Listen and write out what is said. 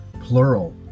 plural